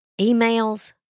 emails